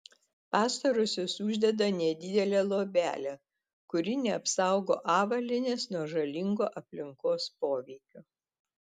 pastarosios uždeda nedidelę luobelę kuri neapsaugo avalynės nuo žalingo aplinkos poveikio